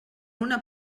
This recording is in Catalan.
una